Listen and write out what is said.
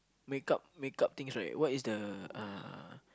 make up make up things right what is the uh